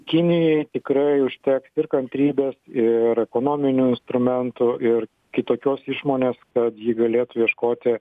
kinijai tikrai užteks ir kantrybės ir ekonominių instrumentų ir kitokios išmonės kad ji galėtų ieškoti